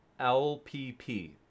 LPP